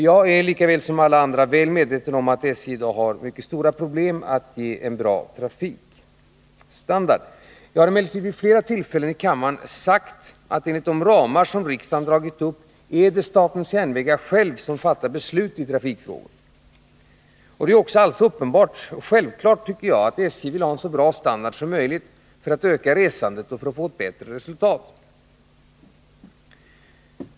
Jag är väl medveten om att SJ i dag har betydande problem att ge god trafikstandard. Jag har emellertid vid flera tillfällen i kammaren klargjort att det enligt de ramar som riksdagen dragit upp är SJ självt som fattar beslut i trafikfrågor. Självfallet vill SJ ha en så bra standard som möjligt för att öka resandet och få ett bättre resultat.